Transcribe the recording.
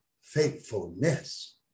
faithfulness